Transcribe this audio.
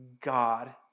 God